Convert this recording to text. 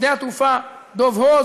שדה-התעופה דב הוז,